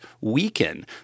weaken